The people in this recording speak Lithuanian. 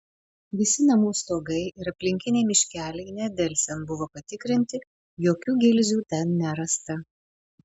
visi namų stogai ir aplinkiniai miškeliai nedelsiant buvo patikrinti jokių gilzių ten nerasta